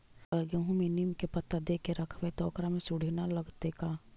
अगर गेहूं में नीम के पता देके यखबै त ओकरा में सुढि न लगतै का?